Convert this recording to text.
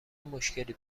مشکلی